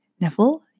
Neville